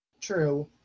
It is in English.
True